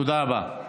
תודה רבה.